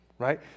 right